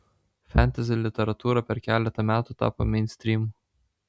fentezi literatūra per keletą metų tapo meinstrymu